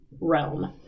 realm